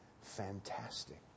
fantastic